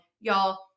Y'all